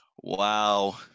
Wow